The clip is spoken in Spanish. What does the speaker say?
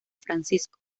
francisco